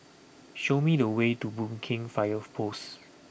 show me the way to Boon Keng Fire Post